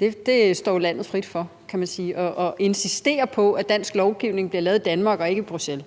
Det står landet frit for at insistere på, at dansk lovgivning bliver lavet i Danmark og ikke i Bruxelles.